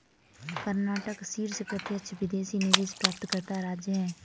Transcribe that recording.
कर्नाटक शीर्ष प्रत्यक्ष विदेशी निवेश प्राप्तकर्ता राज्य है